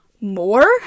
more